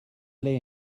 play